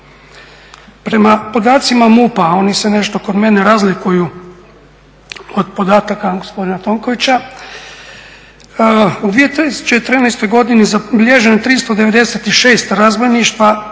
Prema podacima MUP-a, oni se nešto kod mene razlikuju od podataka gospodina Tonkovića, u 2014. godini zabilježeno je 396 razbojništva,